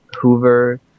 hoover